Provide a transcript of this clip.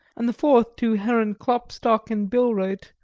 and the fourth to herren klopstock and billreuth,